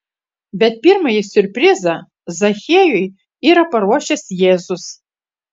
bet pirmąjį siurprizą zachiejui yra paruošęs jėzus